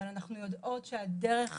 אבל אנחנו יודעות שהדרך